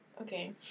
Okay